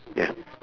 ya